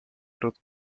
truth